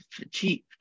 achieved